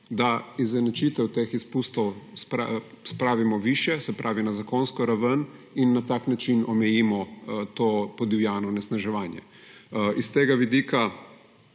da izenačitev teh izpustov spravimo višje, se pravi, na zakonsko raven, in na tak način omejimo to podivjano onesnaževanje. S tega vidika